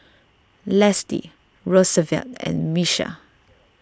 Lesley Rosevelt and Miesha